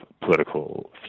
political